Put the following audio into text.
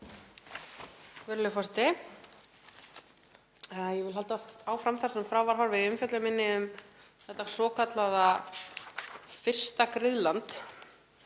Virðulegur forseti. Ég vil halda áfram þar sem frá var horfið í umfjöllun minni um þetta svokallaða fyrsta griðland,